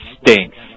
stinks